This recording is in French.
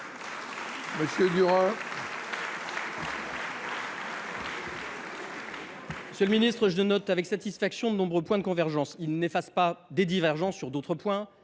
Monsieur le ministre, je note avec satisfaction de nombreux points de convergence. Ceux ci n’effacent pas des divergences sur d’autres points,